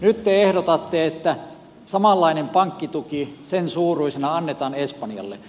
nyt te ehdotatte että samansuuruinen pankkituki annetaan espanjalle